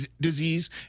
disease